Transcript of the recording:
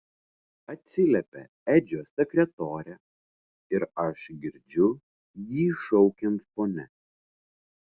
atsiliepia edžio sekretorė ir aš girdžiu jį šaukiant fone